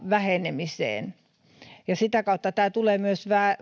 vähenemiseen sitä kautta tämä tulee myös